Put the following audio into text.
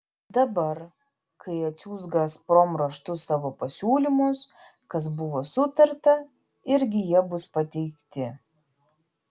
dabar kai atsiųs gazprom raštu savo pasiūlymus kas buvo sutarta irgi jie bus pateikti